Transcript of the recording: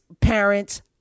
parents